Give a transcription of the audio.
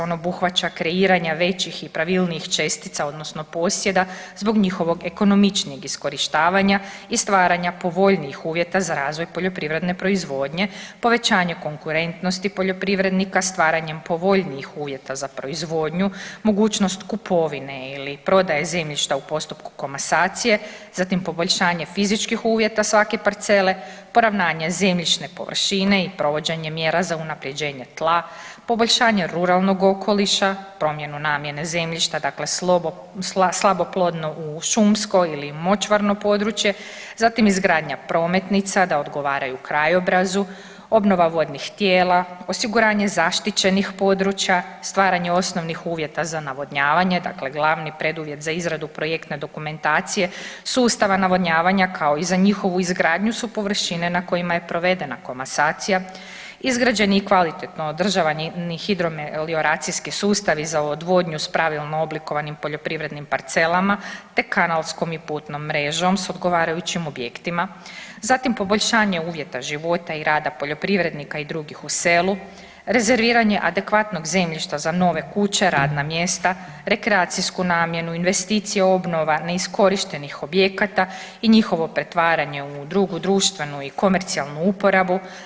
On obuhvaća kreiranja većih i pravilnijih čestica odnosno posjeda zbog njihovog ekonomičnijeg iskorištavanja i stvaranja povoljnijih uvjeta za razvoj poljoprivredne proizvodnje, povećanje konkurentnosti poljoprivrednika stvaranjem povoljnijih uvjeta za proizvodnju, mogućnost kupovine ili prodaje zemljišta u postupku komasacije, zatim poboljšanje fizičkih uvjeta svake parcele, poravnanje zemljišne površine i provođenje mjera za unaprjeđenje tla, poboljšanje ruralnog okoliša, promjenu namjene zemljišta dakle slabo plodno u šumsko ili močvarno područje, zatim izgradnja prometnica da odgovaraju krajobrazu, obnova vodnih tijela, osiguranje zaštićenih područja i stvaranje osnovnih uvjeta za navodnjavanje, dakle glavni preduvjet za izradu projektne dokumentacije sustava navodnjavanja, kao i za njihovu izgradnju su površine na kojima je provedena komasacija, izgrađeni i kvalitetno održavani hidro melioracijski sustav i za odvodnju s pravilno oblikovanim poljoprivrednim parcelama, te kanalskom i putnom mrežom s odgovarajućim objektima, zatim poboljšanje uvjeta života i rada poljoprivrednika i drugih u selu, rezerviranje adekvatnog zemljišta za nove kuće, radna mjesta, rekreacijsku namjenu, investicije obnova neiskorištenih objekata i njihovo pretvaranje u drugu društvenu i komercijalnu uporabu.